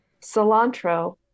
Cilantro